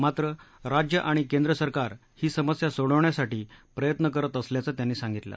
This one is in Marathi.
मात्र राज्य आणि केंद्र सरकार ही समस्या सोडवण्यासाठी प्रयत्न करत असल्याचं त्यांनी सांगितलं